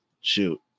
shoot